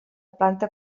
planta